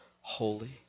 Holy